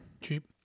Cheap